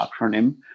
acronym